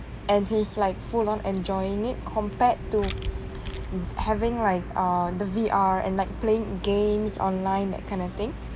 and he's like full on enjoying it compared to having like uh the V_R and like playing games online that kind of thing